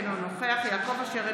אינו נוכח יעקב אשר,